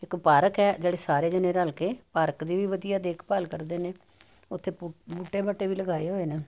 ਇੱਕ ਪਾਰਕ ਹੈ ਜਿਹੜੇ ਸਾਰੇ ਜਣੇ ਰਲ਼ ਕੇ ਪਾਰਕ ਦੀ ਵੀ ਵਧੀਆ ਦੇਖ ਭਾਲ ਕਰਦੇ ਨੇ ਓੱਥੇ ਬੂਟੇ ਬਾਟੇ ਵੀ ਲਗਾਏ ਹੋਏ ਨੇ